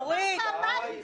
לא משנה באיזו דרך,